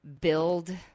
build